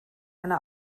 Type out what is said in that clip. eine